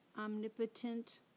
omnipotent